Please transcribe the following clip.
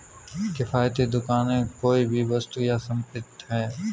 किफ़ायती दुकान कोई भी वस्तु या संपत्ति है